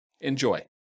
Enjoy